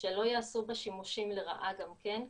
שלא יעשו בה שימושים לרעה גם כן,